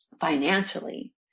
financially